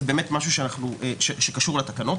זה משהו שקשור לתקנות,